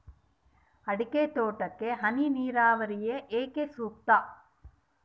ಅಡಿಕೆ ತೋಟಕ್ಕೆ ಹನಿ ನೇರಾವರಿಯೇ ಏಕೆ ಸೂಕ್ತ?